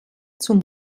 zum